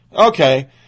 Okay